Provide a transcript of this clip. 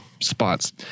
spots